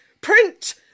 print